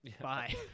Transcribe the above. bye